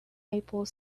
maple